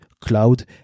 Cloud